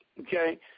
okay